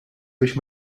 biex